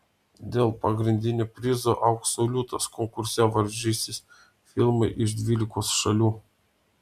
dėl pagrindinio prizo aukso liūtas konkurse varžysis filmai iš dvylikos šalių